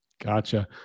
Gotcha